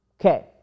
okay